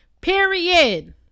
Period